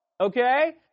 Okay